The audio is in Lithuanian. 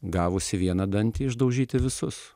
gavus į vieną dantį išdaužyti visus